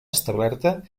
establerta